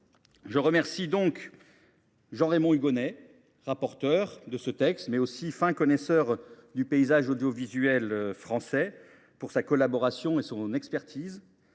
Je remercie Jean Raymond Hugonet, rapporteur du texte, mais aussi fin connaisseur du paysage audiovisuel français, de sa collaboration et de son expertise,